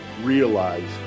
realize